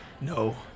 No